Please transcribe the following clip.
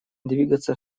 двигаться